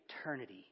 eternity